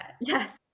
Yes